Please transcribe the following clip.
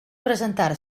presentar